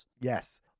Yes